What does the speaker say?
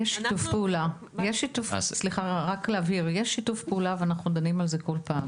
אני רוצה להבהיר שכן יש שיתוף פעולה ואנחנו דנים על זה כל פעם.